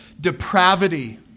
depravity